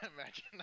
imagine